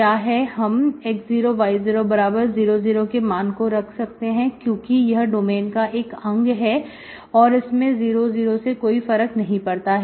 यह क्या है हम x0 y00 0 के मान को रख सकते हैं क्योंकि यह डोमेन का एक अंग है इसमें 00 से कोई फर्क नहीं पड़ता है